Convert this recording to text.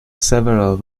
several